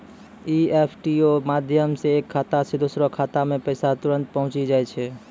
EFT रो माध्यम से एक खाता से दोसरो खातामे पैसा तुरंत पहुंचि जाय छै